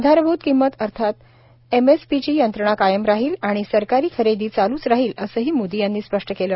आधारभूत किंमत अर्थात एमएसपीची यंत्रणा कायम राहील व सरकारी खरेदी चालूच राहील असही मोदीं यांनी स्पष्ट केले